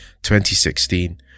2016